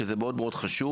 שזה מאוד מאוד חשוב,